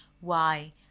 Why